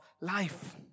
life